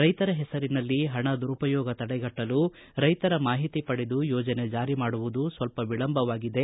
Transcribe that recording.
ರೈತರ ಹೆಸರಿನಲ್ಲಿ ಹಣ ದುರುಪಯೋಗ ತಡೆಗಟ್ಟಲು ರೈತರ ಮಾಹಿತಿ ಪಡೆದು ಯೋಜನೆ ಜಾರಿ ಮಾಡುವುದು ಸ್ವಲ್ಪ ವಿಳಂಬವಾಗಿದೆ